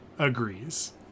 agrees